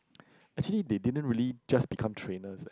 actually they didn't really just become trainers